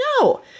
No